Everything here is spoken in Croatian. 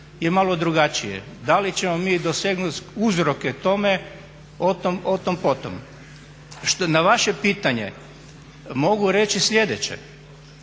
je malo drugačije. Da li ćemo mi dosegnuti uzroke tome o tom, po tom. Na vaše pitanje mogu reći sljedeće.